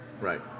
right